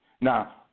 Now